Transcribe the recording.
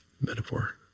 metaphor